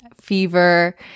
fever